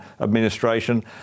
administration